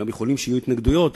יכול להיות שיהיו התנגדויות,